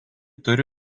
turi